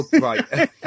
Right